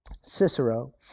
Cicero